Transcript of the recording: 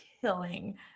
killing